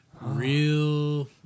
real